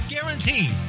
guaranteed